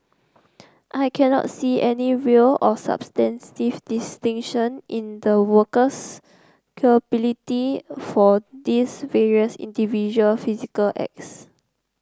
I cannot see any real or substantive distinction in the worker's culpability for these various individual physical acts